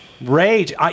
Rage